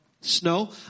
snow